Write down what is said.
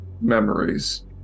memories